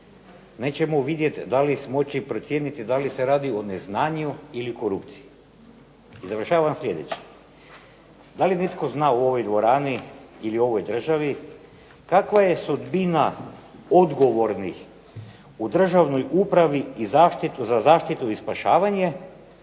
nećemo vidjeti i moći procijeniti da li se radi o neznanju ili korupciji. I završavam sljedećim, da li netko zna u ovoj dvorani ili u ovoj državi, kakva je sudbina odgovornih u Državnoj upravi za zaštitu i spašavanje